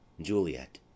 juliet